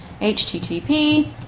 HTTP